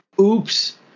oops